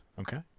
Okay